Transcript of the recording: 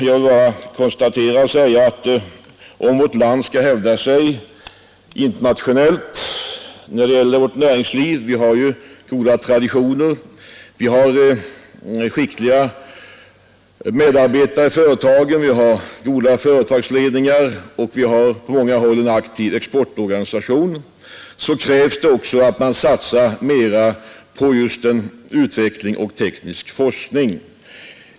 Jag vill ytterligare konstatera att om vårt näringsliv skall hävda sig internationellt — vi har goda traditioner, skickliga medarbetare i företagen, goda företagsledare och på många håll en aktiv exportorganisation — krävs det också att man satsar mera på utveckling och teknisk forskning.